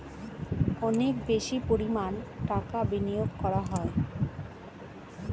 অনেক বেশি পরিমাণ টাকা বিনিয়োগ করা হয়